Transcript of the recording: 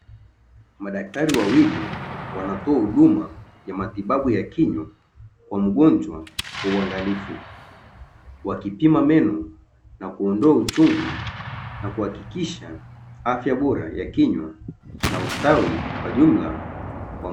Madaktari wawili wanatoa huduma ya matibabu ya kinywa kwa mgonjwa kwa uangalifu, wakipima meno na kuondoa uchungu na kuhakikisha afya bora ya kinywa na ustawi wa jumla kwa mtu.